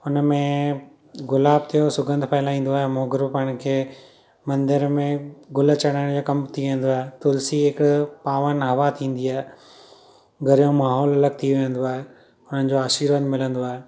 हुनमें गुलाब थियो सुगंध फेलाईंदो आहे मोगरो पाण खे मंदर में गुल चराइण जो कमु थी वेंदो आहे तुलसी हिकु पावन हवा थींदी आहे घर जो माहौल अलॻि थी वेंदो आहे हुननि जो आशीर्वाद मिलंदो आहे